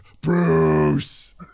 Bruce